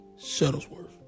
Shuttlesworth